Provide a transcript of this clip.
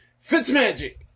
Fitzmagic